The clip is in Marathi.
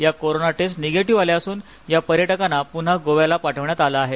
या कोरोना टेस्ट निगेटिव्ह आल्या असून या पर्यटकांना गोव्याला पाठविण्यात आल आहे